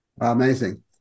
Amazing